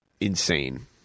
insane